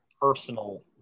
personal